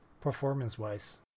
performance-wise